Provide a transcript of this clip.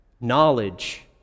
knowledge